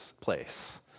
place